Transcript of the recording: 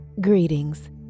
Greetings